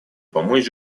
помочь